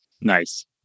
Nice